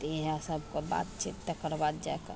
तऽ इएह सब बात छै तकर बाद जाकऽ